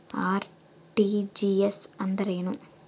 RTGS ಎಂದರೇನು?